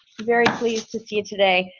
very pleased to see you today.